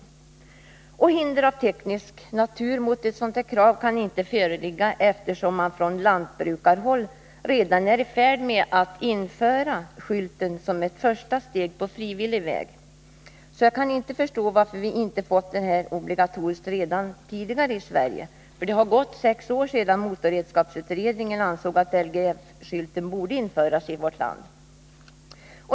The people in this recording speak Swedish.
Hinder av teknisk natur för ett sådant krav kan inte föreligga, och eftersom man från lantbrukarhåll redan är i färd med att på frivillig väg som ett första steg införa skylten, kan jag inte förstå varför inte detta blivit obligatoriskt redan tidigare i Sverige. Det har ju gått sex år sedan motorredskapsutredningen ansåg att LGF-skylten borde införas i vårt land.